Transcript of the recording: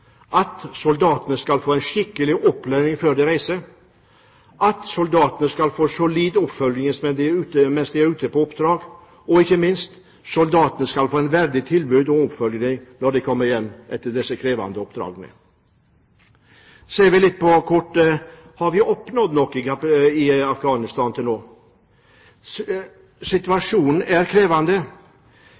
at soldatene skal få skikkelig opplæring før de reiser, at soldatene skal få solid oppfølging mens de er ute på oppdrag. Og ikke minst: Soldatene skal få et verdig tilbud og oppfølging når de kommer hjem etter disse krevende oppdragene. Har vi oppnådd noe i Afghanistan til nå? Situasjonen er krevende.